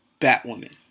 Batwoman